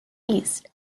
east